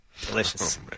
Delicious